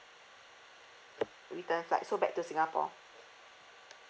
return flight so back to singapore